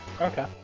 Okay